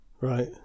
Right